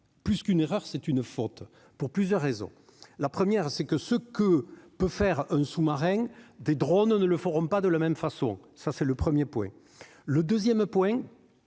plus qu'une erreur, c'est une faute pour plusieurs raisons : la première c'est que ce que peut faire un sous-marin, des drônes ne le feront pas de la même façon, ça c'est le 1er point le 2ème point